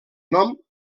nom